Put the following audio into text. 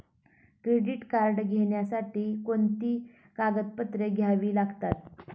Credit card घेण्यासाठी कोणती कागदपत्रे घ्यावी लागतात?